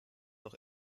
noch